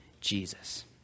Jesus